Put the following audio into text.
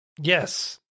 Yes